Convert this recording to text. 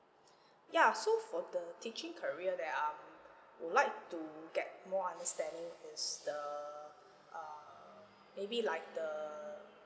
ya so for the teaching career that I'm would like to get more understanding is the err maybe like the